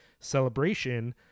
celebration